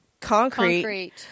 concrete